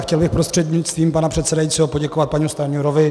Chtěl bych prostřednictvím pana předsedajícího poděkovat panu Stanjurovi.